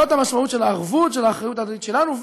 זאת המשמעות של הערבות, של האחריות ההדדית שלנו.